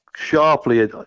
sharply